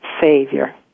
savior